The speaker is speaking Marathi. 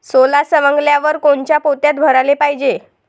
सोला सवंगल्यावर कोनच्या पोत्यात भराले पायजे?